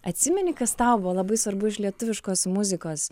atsimeni kas tau buvo labai svarbu iš lietuviškos muzikos